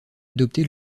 adopté